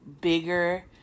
bigger